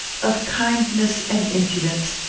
of kindness and impudence,